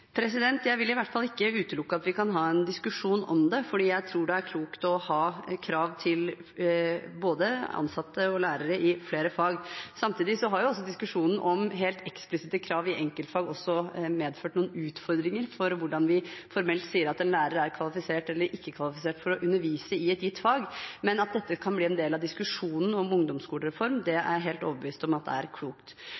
Jeg vil i hvert fall ikke utelukke at vi kan ha en diskusjon om det, for jeg tror det er klokt å ha krav til både ansatte og lærere i flere fag. Samtidig har diskusjonen om helt eksplisitte krav i enkeltfag også medført noen utfordringer for hvordan vi formelt sier at en lærer er kvalifisert eller ikke kvalifisert for å undervise i et gitt fag, men at dette kan bli en del av diskusjonen om en ungdomsskolereform,